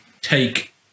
take